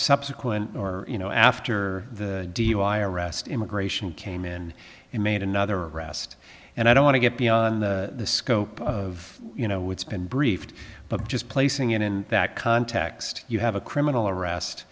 subsequent or you know after the dui arrest immigration came in and made another arrest and i don't want to get beyond the scope of you know what's been briefed but just placing it in that context you have a criminal arrest